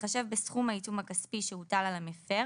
בהתחשב בסכום העיצום הכספי שהוטל על המפר